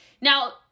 Now